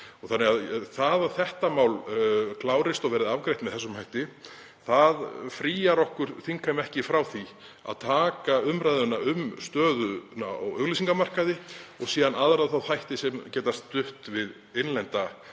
Það að þetta mál klárist og verði afgreitt með þessum hætti fríar þingheim ekki frá því að taka umræðuna um stöðuna á auglýsingamarkaði og síðan aðra þá þætti sem geta stutt við innlenda